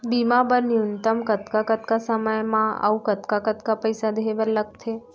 बीमा बर न्यूनतम कतका कतका समय मा अऊ कतका पइसा देहे बर लगथे